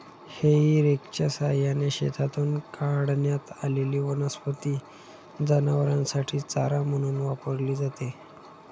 हेई रेकच्या सहाय्याने शेतातून काढण्यात आलेली वनस्पती जनावरांसाठी चारा म्हणून वापरली जाते